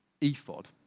ephod